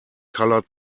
colored